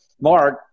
Mark